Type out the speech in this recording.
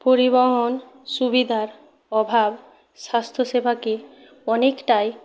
পরিবহন সুবিধার অভাব স্বাস্থ্যসেবাকে অনেকটাই